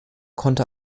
konnte